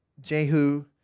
Jehu